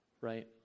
right